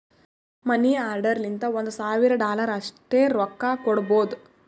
ಮನಿ order ಲಿಂತ ಒಂದ್ ಸಾವಿರ ಡಾಲರ್ ಅಷ್ಟೇ ರೊಕ್ಕಾ ಕೊಡ್ಬೋದ